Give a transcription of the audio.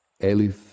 Elif